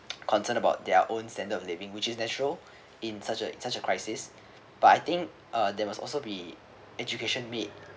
concerned about their own standard of living which is natural in such a such a crisis but I think uh there was also be education made